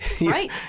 Right